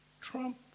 Trump